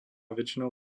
väčšinou